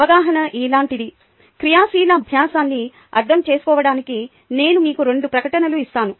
అవగాహన ఇలాంటిది క్రియాశీల అభ్యాసాన్ని అర్థం చేసుకోవడానికి నేను మీకు రెండు ప్రకటనలు ఇస్తాను